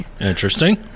Interesting